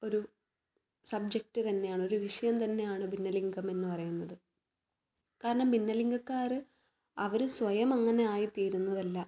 ഒരു സബ്ജെക്റ്റ് തന്നെയാണ് ഒരു വിഷയം തന്നെയാണ് ഭിന്നലിംഗം എന്ന് പറയുന്നത് കാരണം ഭിന്നലിംഗക്കാർ അവർ സ്വയം അങ്ങനെ ആയി തീരുന്നതല്ല